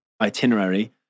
itinerary